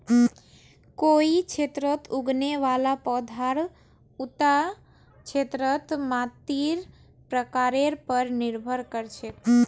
कोई क्षेत्रत उगने वाला पौधार उता क्षेत्रेर मातीर प्रकारेर पर निर्भर कर छेक